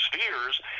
spheres